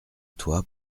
toi